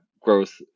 growth